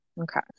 Okay